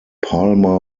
palmer